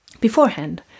beforehand